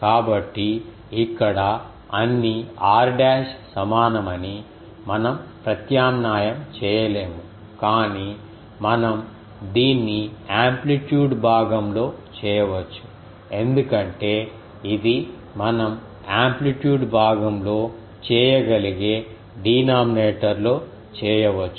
కాబట్టి ఇక్కడ అన్ని r డాష్ సమానమని మనం ప్రత్యామ్నాయం చేయలేము కాని మనం దీన్ని యాంప్లిట్యూడ్ భాగంలో చేయవచ్చు ఎందుకంటే ఇది మనం యాంప్లిట్యూడ్ భాగంలో చేయగలిగే డీనామినేటర్ లో చేయవచ్చు